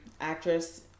Actress